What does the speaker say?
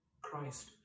Christ